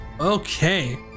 Okay